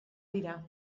dira